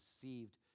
deceived